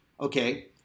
okay